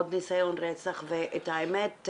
עוד ניסיון רצח והאמת,